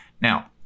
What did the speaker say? Now